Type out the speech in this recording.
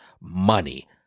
money